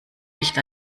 nicht